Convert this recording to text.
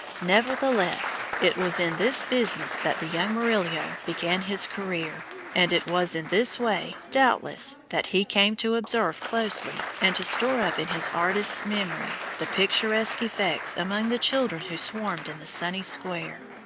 nevertheless, it was in this business that the young murillo began his career and it was in this way, doubtless, that he came to observe closely, and to store up in his artist's memory the picturesque effects among the children who swarmed in the sunny square.